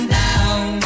down